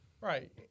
Right